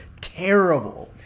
terrible